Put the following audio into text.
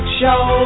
show